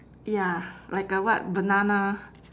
ya like a what banana